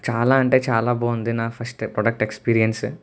చాలా అంటే చాలా బాగుంది నా ఫస్ట్ ప్రొడక్ట్ ఎక్స్పీరియన్స్